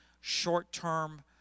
short-term